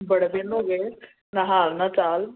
ਬੜੇ ਦਿਨ ਹੋ ਗਏ ਨਾ ਹਾਲ ਨਾ ਚਾਲ